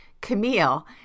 Camille